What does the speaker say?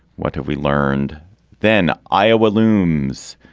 what have we learned then? iowa looms.